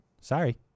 Sorry